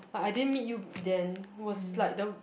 I I didn't meet you then was like the